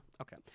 Okay